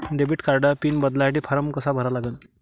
Debit कार्डचा PIN बदलासाठी form कसा भरा लागन?